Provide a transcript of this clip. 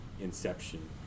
inception